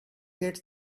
get